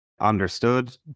understood